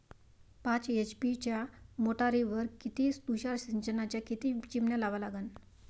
पाच एच.पी च्या मोटारीवर किती तुषार सिंचनाच्या किती चिमन्या लावा लागन?